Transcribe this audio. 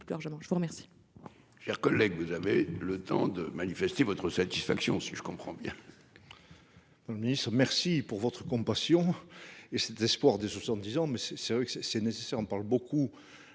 je vous remercie